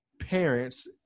parents